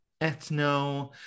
ethno